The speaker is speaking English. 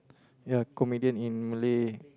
ya comedian in Malay